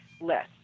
less